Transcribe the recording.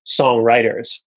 songwriters